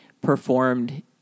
performed